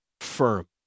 firm